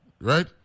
right